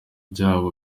byabo